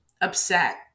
upset